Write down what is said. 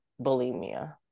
bulimia